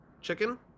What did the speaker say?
Chicken